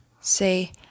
say